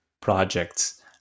projects